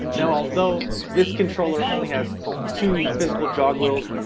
now, although this controller only has two physical jogwheels,